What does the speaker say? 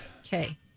Okay